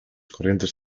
corrientes